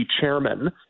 chairman